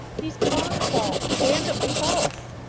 these are false damnably false.